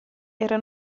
era